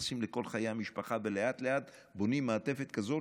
נכנסים לחיי כל משפחה ולאט-לאט בונים מעטפת כזאת